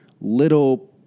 little